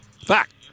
Fact